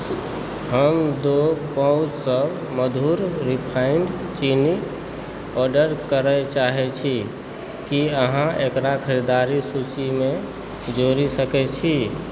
हम दू पाउचसभ मधुर रिफाइण्ड चीनी ऑर्डर करए चाहैत छी की अहाँ एकरा खरीदारी सूचीमे जोड़ि सकैत छी